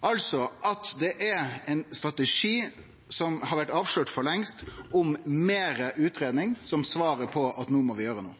Dette er altså ein strategi, som har blitt avslørt for lengst, om meir utgreiing, som svaret på at no må vi gjere